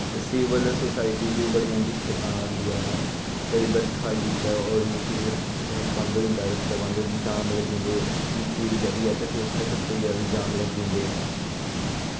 ते civil society वी बड़ियां दिक्कतां आंदियां ऐं कदी बरखा होई गेई ते और फिर बंद होई जंदा रस्ते बंद होई जंदे जाम लग्गी जंदे निक्की दी गली ऐ ते फिर उत्थै कुछ होई जा ते जाम लग्गी जंदे